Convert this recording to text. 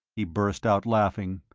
he burst out laughing,